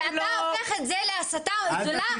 ואתה הופך את זה להסתה זולה,